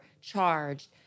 charged